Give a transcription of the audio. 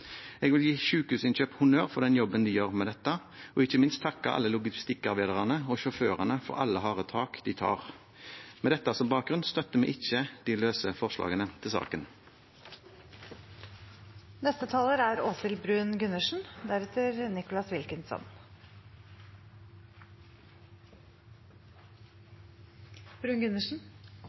Jeg vil gi Sykehusinnkjøp honnør for den jobben de gjør med dette, og ikke minst takke alle logistikkarbeiderne og sjåførene for alle harde tak de tar. Med dette som bakgrunn støtter vi ikke de løse forslagene til